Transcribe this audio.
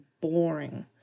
boring